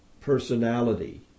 personality